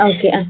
Okay